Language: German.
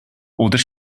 oder